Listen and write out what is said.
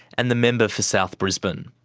and the member for south brisbane.